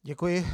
Děkuji.